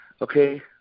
okay